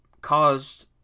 caused